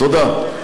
תודה.